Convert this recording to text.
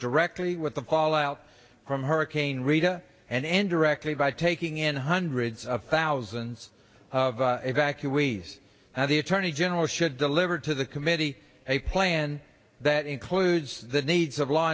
directly with the fallout from hurricane rita and directly by taking in hundreds of thousands of evacuees now the attorney general should deliver to the committee a plan that includes the needs of law